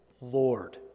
Lord